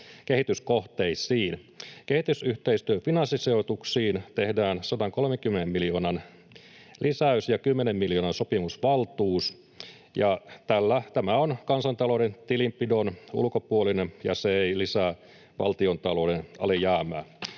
kehityskohteisiin. Kehitysyhteistyön finanssisijoituksiin tehdään 130 miljoonan lisäys ja 10 miljoonan sopimusvaltuus, ja tämä on kansantalouden tilinpidon ulkopuolinen eikä lisää valtiontalouden alijäämää.